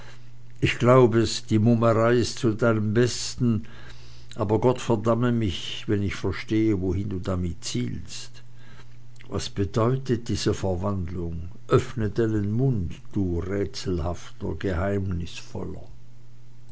ich glaub es die mummerei ist zu meinem besten aber gott verdamme mich wenn ich verstehe wohin du damit zielst was bedeutet diese verwandlung öffne deinen mund du rätselhafter geheimnisvoller